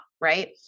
right